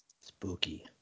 Spooky